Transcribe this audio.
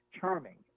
charming